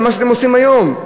למה שאתם עושים היום.